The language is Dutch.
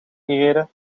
gereden